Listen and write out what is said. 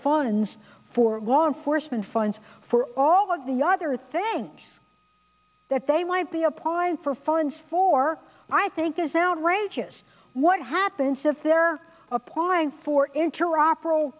funds for law enforcement fines for all of the other thing that they might be applying for fines for i think is outrageous what happens if they're applying for interopera